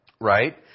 Right